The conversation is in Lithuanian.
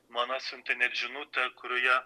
man atsiuntė net žinutę kurioje